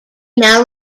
now